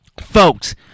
Folks